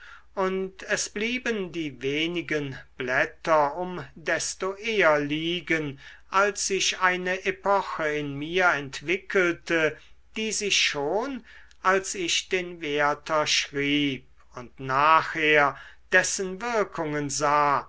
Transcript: und es blieben die wenigen blätter um desto eher liegen als sich eine epoche in mir entwickelte die sich schon als ich den werther schrieb und nachher dessen wirkungen sah